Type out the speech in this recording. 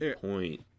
point